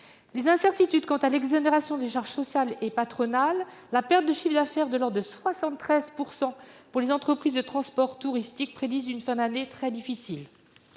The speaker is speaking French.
Les incertitudes qui entourent l'exonération des charges sociales et patronales et la perte de chiffre d'affaires de l'ordre de 73 % subie par les entreprises de transport touristique annoncent une fin d'année très difficile.